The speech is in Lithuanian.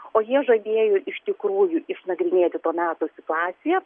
o jie žadėjo iš tikrųjų išnagrinėti to meto situaciją